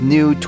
New